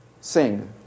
sing